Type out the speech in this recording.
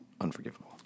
unforgivable